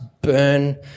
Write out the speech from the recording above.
burn